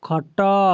ଖଟ